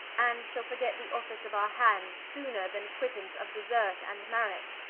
and shall forget the office of our hand sooner then quittance of desert and merit,